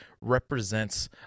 represents